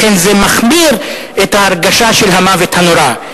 לכן זה מחמיר את ההרגשה של המוות הנורא,